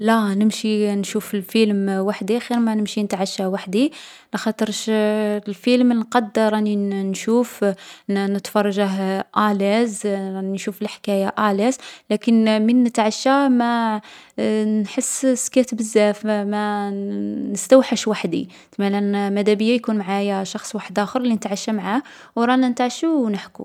لا نمشي نشوف الفيلم وحدي خير من نتعشى وحدي، لاخاطرش في الفيلم نقد راني نـ نشوف نـ نتفرجه آلاز، راني نشوف الحكاية آلاز. لكن من نتعشى ما نحس سكات بزاف، ما نـ نستوحش وحدي. تسمالا ما مادابيا يكون معايا شخص وحداخر لي نتعشى معاه، و رانا نتعشو و نحكو.